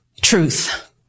truth